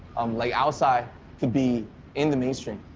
um like, outside could be in the mainstream.